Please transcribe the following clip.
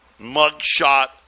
mugshot